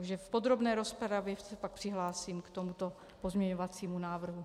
Takže v podrobné rozpravě se pak přihlásím k tomuto pozměňovacímu návrhu.